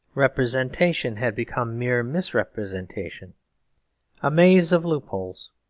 representation had become mere misrepresentation a maze of loopholes.